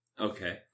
Okay